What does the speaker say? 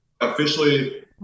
officially